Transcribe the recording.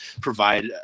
provide